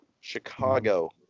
Chicago